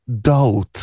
doubt